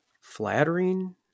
flattering